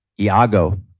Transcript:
Iago